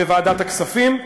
בוועדת הכספים,